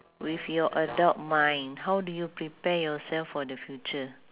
with your adult mind how do you prepare yourself for the future